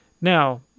Now